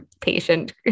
patient